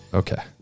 okay